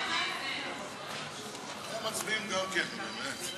סעיף 1 נתקבל.